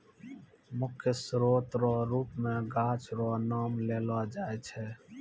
मुख्य स्रोत रो रुप मे गाछ रो नाम लेलो जाय छै